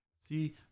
See